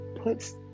Puts